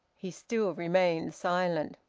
he still remained silent.